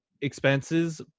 expenses